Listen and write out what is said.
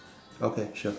okay sure